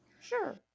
Sure